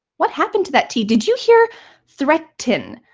what happened to that t? did you hear threaten,